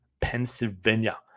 Pennsylvania